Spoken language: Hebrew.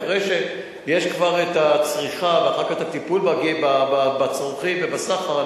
אחרי שיש כבר הצריכה ואחר כך הטיפול בצרכים ובסחר,